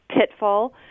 pitfall